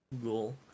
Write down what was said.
Google